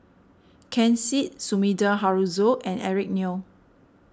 Ken Seet Sumida Haruzo and Eric Neo